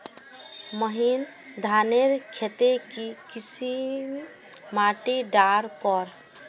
महीन धानेर केते की किसम माटी डार कर?